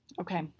Okay